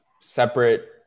separate